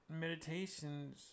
meditations